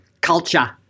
culture